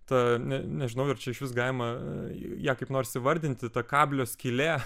ta ne nežinau ar čia išvis galima ją kaip nors įvardinti ta kablio skylė